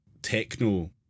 techno